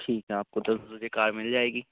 ٹھیک ہے آپ کو دس بجے کار مِل جائے گی